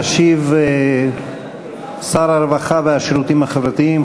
ישיב שר הרווחה והשירותים החברתיים,